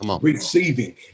receiving